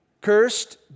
Cursed